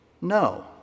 No